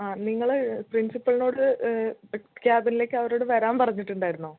ആ നിങ്ങൾ പ്രിസിപ്പളിനോട് ക്യാബിനിലേക്ക് അവരോട് വരാൻ പറഞ്ഞിട്ടുണ്ടായിരുന്നോ